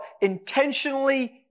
intentionally